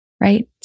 right